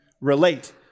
relate